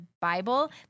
Bible